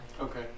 Okay